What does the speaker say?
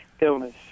illness